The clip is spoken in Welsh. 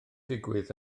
digwydd